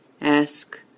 Ask